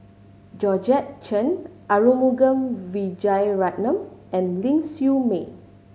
Georgette Chen Arumugam Vijiaratnam and Ling Siew May